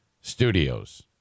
Studios